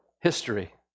History